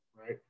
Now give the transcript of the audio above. Right